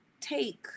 take